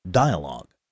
dialogue